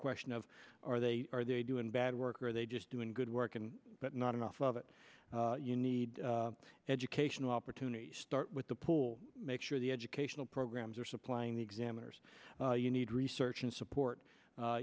question of are they are they doing bad work are they just doing good work and but not enough of it you need educational opportunities start with the pool make sure the educational programs are supplying the examiners you need research and support